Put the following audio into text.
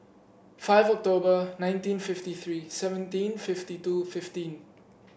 five October nineteen fifty three seventeen fifty two fifteen